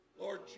Lord